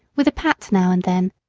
with a pat now and then,